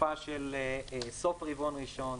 לתקופה של סוף רבעון ראשון.